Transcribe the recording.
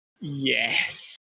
Yes